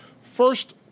First